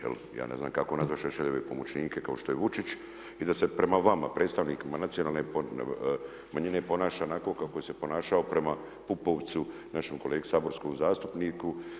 Ja ne znam kako nazvati Šešeljeve pomoćnike kao što je Vučić i da se prema vama predstavnicima nacionalne manjine ponaša onako kako se ponašao prema Pupovcu, našem kolegi saborskom zastupniku.